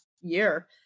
year